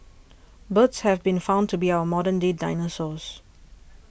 birds have been found to be our modern day dinosaurs